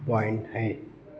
point ہیں